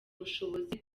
ubushobozi